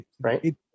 Right